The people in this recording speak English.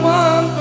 one